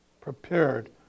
prepared